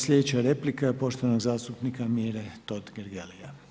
Sljedeća replika je poštovanog zastupnike Mire Totgergelija.